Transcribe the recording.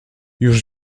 już